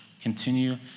Continue